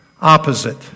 opposite